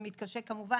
את מי שמתקשה כמובן,